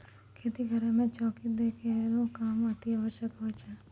खेती करै म चौकी दै केरो काम अतिआवश्यक होय छै